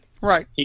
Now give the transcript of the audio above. Right